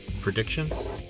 Predictions